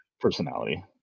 personality